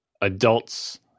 adults